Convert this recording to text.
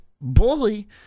bully